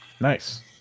Nice